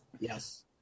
Yes